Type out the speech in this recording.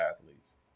athletes